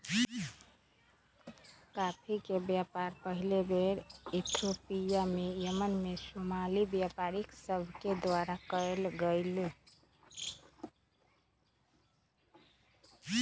coffee के व्यापार पहिल बेर इथोपिया से यमन में सोमाली व्यापारि सभके द्वारा कयल गेलइ